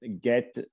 get